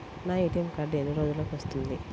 నా ATM card ఎన్ని రోజులకు వస్తుంది?